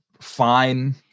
fine